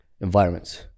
environments